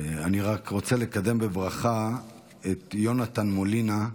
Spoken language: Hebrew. אני רק רוצה לקדם בברכה את יונתן מולינה,